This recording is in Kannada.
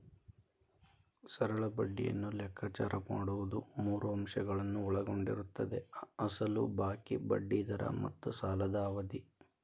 ಸರಳ ಬಡ್ಡಿಯನ್ನು ಲೆಕ್ಕಾಚಾರ ಮಾಡುವುದು ಮೂರು ಅಂಶಗಳನ್ನು ಒಳಗೊಂಡಿರುತ್ತದೆ ಅಸಲು ಬಾಕಿ, ಬಡ್ಡಿ ದರ ಮತ್ತು ಸಾಲದ ಅವಧಿ